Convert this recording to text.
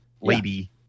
lady